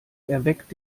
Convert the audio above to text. erweckt